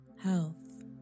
health